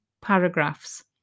paragraphs